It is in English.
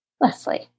Leslie